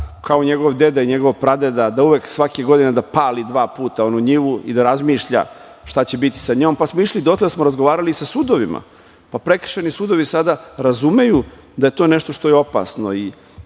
kao njegov deda i pradeda da uvek, svake godine da pali dva puta onu njivu i da razmišlja šta će biti sa njom. Pa smo išli dotle da smo razgovarali sa sudovima. Prekršajni sudovi sada razumeju da je to nešto što je opasni,